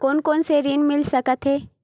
कोन कोन से ऋण मिल सकत हे?